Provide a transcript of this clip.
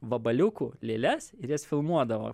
vabaliukų lėles ir jas filmuodavo